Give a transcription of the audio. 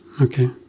Okay